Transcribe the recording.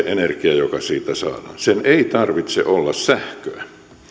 energia joka siitä saadaan sen ei tarvitse olla sähköä